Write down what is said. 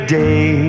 day